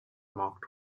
mark